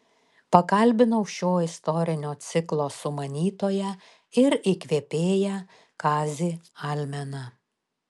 pakalbinau šio istorinio ciklo sumanytoją ir įkvėpėją kazį almeną